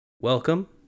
Welcome